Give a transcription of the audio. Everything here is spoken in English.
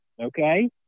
okay